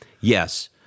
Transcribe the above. yes